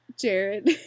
Jared